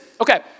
Okay